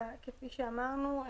כפי שאמרנו,